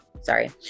Sorry